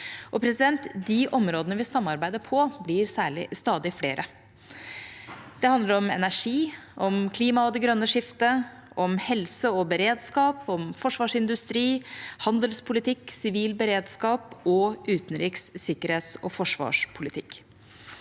og stabilitet. De områdene vi samarbeider på, blir stadig flere. Det handler om energi, klima og det grønne skiftet, helse og beredskap, forsvarsindustri, handelspolitikk, sivil beredskap og utenriks-, sikkerhets- og forsvarspolitikk.